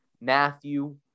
Matthew